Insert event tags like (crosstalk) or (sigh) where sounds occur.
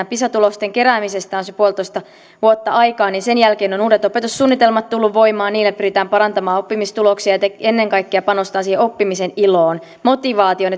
(unintelligible) pisa tulosten keräämisestä on se puolitoista vuotta aikaa ja sen jälkeen ovat uudet opetussuunnitelmat tulleet voimaan niillä pyritään parantamaan oppimistuloksia ja ennen kaikkea panostetaan siihen oppimisen iloon motivaatioon (unintelligible)